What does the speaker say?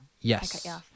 Yes